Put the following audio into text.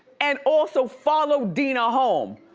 and also followed dina home.